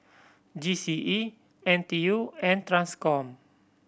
G C E N T U and Transcom